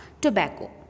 tobacco